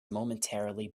momentarily